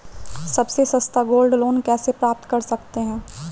सबसे सस्ता gold loan कैसे प्राप्त कर सकते हैं?